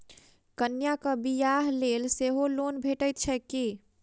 कन्याक बियाह लेल सेहो लोन भेटैत छैक की?